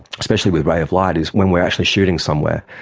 especially with ray of light, is when we are actually shooting somewhere,